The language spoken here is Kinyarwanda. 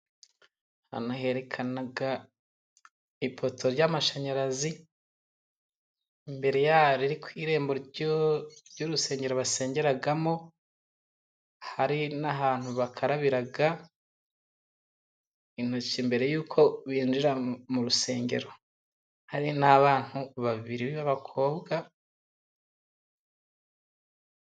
Hano herekana ipoto y'amashanyarazi, imbere yayo iri ku irembo ry'urusengero basengeramo. Hari n'ahantu bakarabira intoki mbere yuko binjira mu rusengero. Hari n'abantu babiri b'abakobwa.